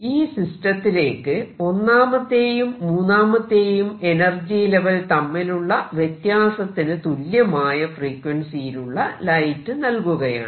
ഈ സിസ്റ്റത്തിലേക്ക് ഒന്നാമത്തെയും മൂന്നാമത്തെയും എനർജി ലെവൽ തമ്മിലുള്ള വ്യത്യാസത്തിന് തുല്യമായ ഫ്രീക്വൻസിയിലുള്ള ലൈറ്റ് നൽകുകയാണ്